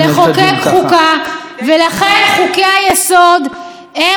ולכן חוקי-היסוד הם העוגן החוקתי שלנו.